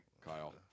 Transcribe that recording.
Kyle